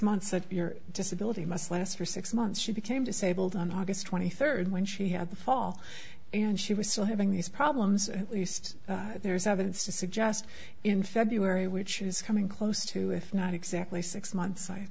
months your disability must last for six months she became disabled on august twenty third when she had the fall and she was still having these problems at least there is evidence to suggest in february which is coming close to if not exactly six months i